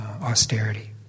austerity